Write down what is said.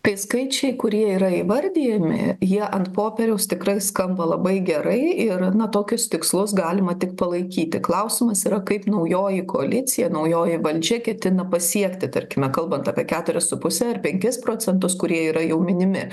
tai skaičiai kurie yra įvardijami jie ant popieriaus tikrai skamba labai gerai ir na tokius tikslus galima tik palaikyti klausimas yra kaip naujoji koalicija naujoji valdžia ketina pasiekti tarkime kalbant apie keturis su puse ar penkis procentus kurie yra jau minimi